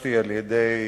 נתבקשתי על-ידי